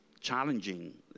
challenging